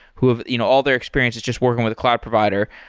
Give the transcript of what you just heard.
who have you know all their experiences just working with a cloud provider.